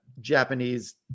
Japanese